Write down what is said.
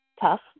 tough